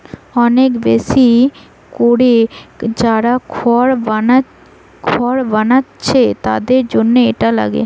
অনেক বেশি কোরে যারা খড় বানাচ্ছে তাদের জন্যে এটা লাগে